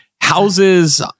houses